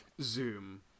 zoom